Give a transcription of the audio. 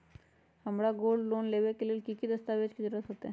हमरा gold loan लेबे के लेल कि कि दस्ताबेज के जरूरत होयेत?